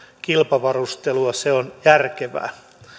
kilpavarustelua vaan se on järkevää